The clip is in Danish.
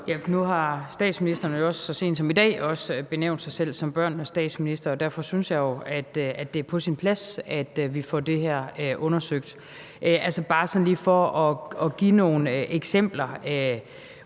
Nu har statsministeren jo også så sent som i dag benævnt sig selv som børnenes statsminister, og derfor synes jeg, at det er på sin plads, at vi får det her undersøgt. Altså, bare lige sådan for at give nogle eksempler